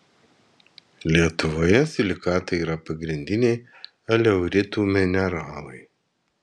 lietuvoje silikatai yra pagrindiniai aleuritų mineralai